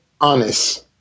honest